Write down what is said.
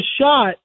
shot